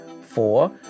Four